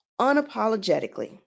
unapologetically